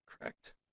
Correct